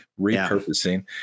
repurposing